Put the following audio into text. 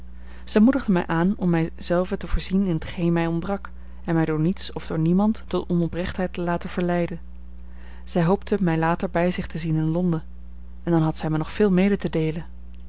zij moedigde mij aan om zelve te voorzien in t geen mij ontbrak en mij door niets of door niemand tot onoprechtheid te laten verleiden zij hoopte mij later bij zich te zien in londen en dan had zij mij nog veel mede te deelen